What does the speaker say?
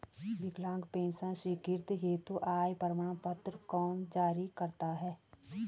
विकलांग पेंशन स्वीकृति हेतु आय प्रमाण पत्र कौन जारी करता है?